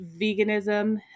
veganism